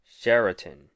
Sheraton